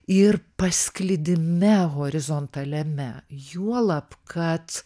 ir pasklidime horizontaliame juolab kad